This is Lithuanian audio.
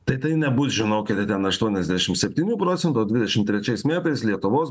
tai tai nebus žinokite ten aštuoniasdešimt septynių procentų o dvidešimt trečiais metais lietuvos